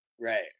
right